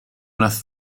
wnaeth